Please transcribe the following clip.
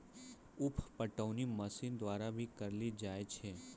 उप पटौनी मशीन द्वारा भी करी लेलो जाय छै